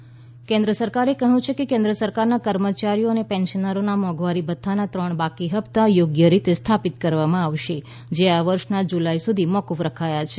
મોંઘવારી ભથ્થું કેન્દ્ર સરકારે કહ્યું છે કે કેન્દ્ર સરકારના કર્મચારીઓ અને પેન્શનરોના મોંઘવારી ભથ્થાના ત્રણ બાકી હપ્તા યોગ્ય રીતે સ્થાપિત કરવામાં આવશે જે આ વર્ષના જુલાઈ સુધી મોફ્રફ રખાયા છે